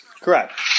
correct